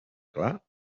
clar